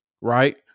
Right